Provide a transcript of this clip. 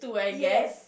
yes